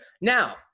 Now